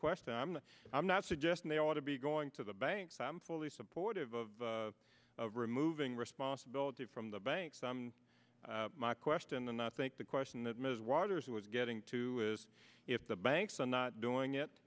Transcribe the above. question i'm i'm not suggesting they ought to be going to the banks i'm fully supportive of of removing responsibility from the banks some my question and i think the question that ms waters was getting to is if the banks are not doing